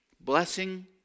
Blessing